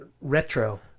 retro